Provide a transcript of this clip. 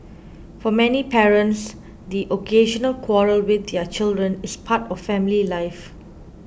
for many parents the occasional quarrel with their children is part of family life